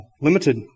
Limited